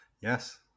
Yes